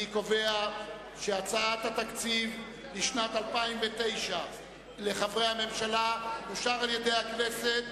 אני קובע שהצעת התקציב לשנת 2009 לחברי הממשלה אושרה על-ידי הכנסת.